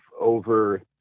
over